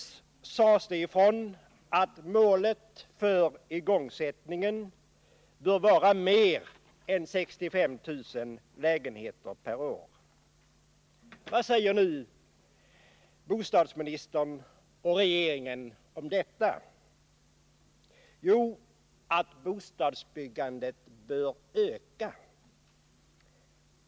a. sades det ifrån att målet för igångsättningen bör vara fler än 65 000 lägenheter per år. Vad säger nu bostadsministern och regeringen om detta? Jo, att bostadsbyggandet bör öka.